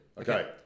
Okay